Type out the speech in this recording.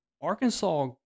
Arkansas